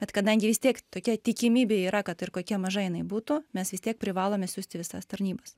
bet kadangi vis tiek tokia tikimybė yra kad ir kokia maža jinai būtų mes vis tiek privalome siųsti visas tarnybas